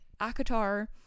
akatar